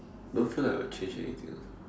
don't feel like I would change anything ah